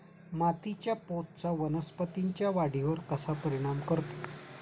मातीच्या पोतचा वनस्पतींच्या वाढीवर कसा परिणाम करतो?